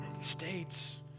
States